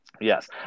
Yes